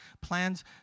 plans